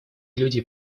люди